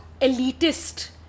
elitist